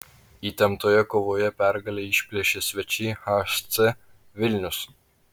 įtemptoje kovoje pergalę išplėšė svečiai hc vilnius